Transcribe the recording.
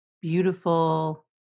beautiful